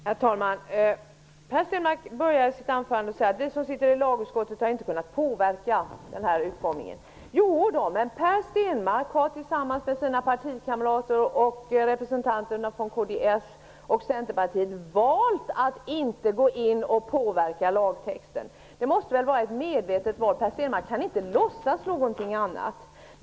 Herr talman! Per Stenmarck inledde sitt anförande med att säga att vi som sitter i lagutskottet inte har kunnat påverka utformningen. Jodå, men Per Stenmarck har tillsammans med sina partikamrater och representanterna från kds och Centerpartiet valt att inte gå in och påverka lagtexten. Detta måste väl vara ett medvetet val. Per Stenmarck kan inte låtsas någonting annat.